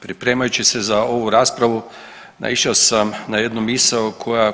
Pripremajući se za ovu raspravu naišao sam na jednu misao koja